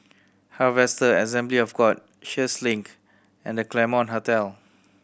Harvester Assembly of God Sheares Link and The Claremont Hotel